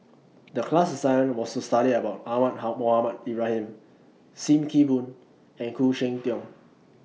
The class assignment was to study about Ahmad Mohamed Ibrahim SIM Kee Boon and Khoo Cheng Tiong